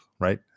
right